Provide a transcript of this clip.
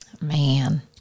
Man